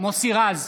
מוסי רז,